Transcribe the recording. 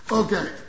okay